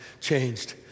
changed